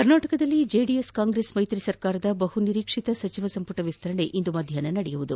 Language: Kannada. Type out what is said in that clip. ಕರ್ನಾಟಕದಲ್ಲಿ ಜೆಡಿಎಸ್ ಕಾಂಗ್ರೆಸ್ ಮೈತ್ರಿ ಸರ್ಕಾರದ ಬಹುನಿರೀಕ್ಷಿತ ಸಚಿವ ಸಂಪುಟ ವಿಸ್ತರಣೆ ಇಂದು ಮಧ್ವಾಪ್ನ ನಡೆಯಲಿದೆ